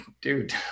dude